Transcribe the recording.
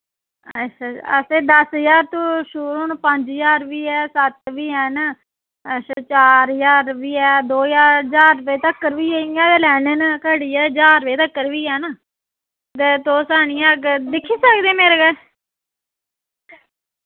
अच्छा असैं दस ज्हार तो शुरू न पंज ज्हार बी ऐ सत्त बी हैन अच्छा चार ज्हार वी ऐ दो ज्हार ज्हार रपे तक्कर वी इय्यां ते लैने न घटिया ज्हार रपे तक्कर वी हैन ते तुस आह्नियै अगर दिक्खी सकदे मेरे कच्छ